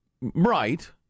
Right